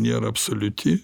nėra absoliuti